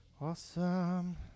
awesome